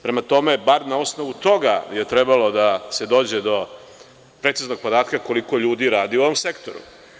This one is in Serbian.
Prema tome, bar na osnovu toga je trebalo da se dođe do preciznog podatka koliko ljudi radi u ovom sektoru.